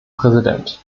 präsident